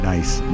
Nice